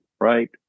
right